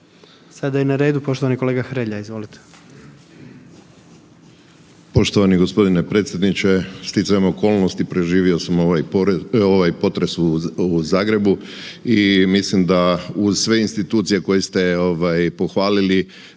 Sada je na redu poštovani kolega Hrelja, izvolite. **Hrelja, Silvano (HSU)** Poštovani gospodine predsjedniče, sticajem okolnosti preživio sam ovaj potres u Zagrebu i mislim da uz sve institucije koje ste pohvalili,